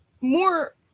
more